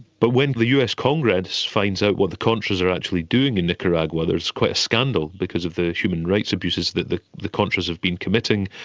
but when the us congress finds out what the contras are actually doing in nicaragua there's quite a scandal because of the human rights abuses that the the contras have been committing.